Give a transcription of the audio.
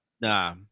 Nah